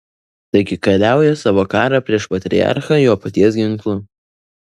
taigi kariauja savo karą prieš patriarchą jo paties ginklu